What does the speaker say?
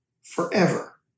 forever